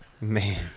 Man